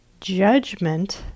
Judgment